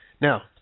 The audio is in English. Now